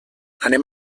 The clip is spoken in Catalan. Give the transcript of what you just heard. anem